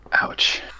Ouch